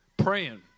praying